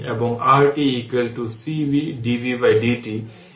এখন resistor power dissipated হয় p t vR t i t